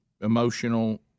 emotional